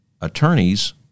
attorneys